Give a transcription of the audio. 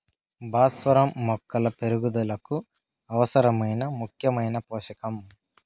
భాస్వరం మొక్కల పెరుగుదలకు అవసరమైన ముఖ్యమైన పోషకం